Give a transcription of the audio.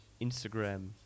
Instagram